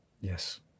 Yes